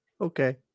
Okay